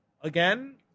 again